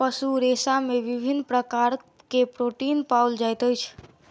पशु रेशा में विभिन्न प्रकार के प्रोटीन पाओल जाइत अछि